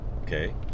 okay